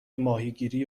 ماهیگیری